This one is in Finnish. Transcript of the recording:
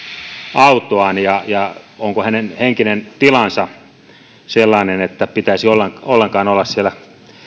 autoaan ja ja onko hänen henkinen tilansa sellainen että hänen pitäisi ollenkaan olla siellä